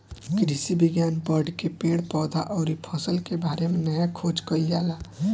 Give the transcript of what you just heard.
कृषि विज्ञान पढ़ के पेड़ पौधा अउरी फसल के बारे में नया खोज कईल जाला